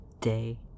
day